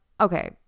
okay